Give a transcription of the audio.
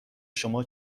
شما